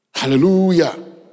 Hallelujah